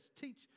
Teach